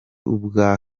ubwa